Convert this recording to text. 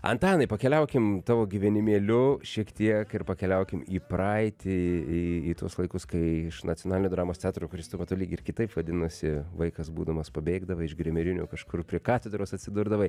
antanai pakeliaukim tavo gyvenimėliu šiek tiek ir pakeliaukim į praeitį į į tuos laikus kai iš nacionalinio dramos teatro kuris tuo metu lyg ir kitaip vadinosi vaikas būdamas pabėgdavai iš grimerinių kažkur prie katedros atsidurdavai